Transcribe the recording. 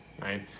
right